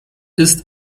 ist